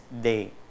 day